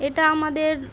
এটা আমাদের